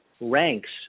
ranks